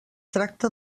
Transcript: tracta